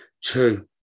Two